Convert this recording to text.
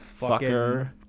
fucker